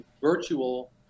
virtual